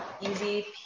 easy